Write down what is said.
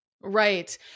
Right